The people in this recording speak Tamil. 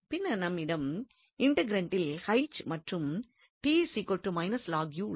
பின்னர் நம்மிடம் இன்டெக்ரண்டில் மற்றும் உள்ளது